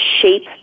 shape